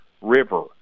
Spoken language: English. River